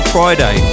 Friday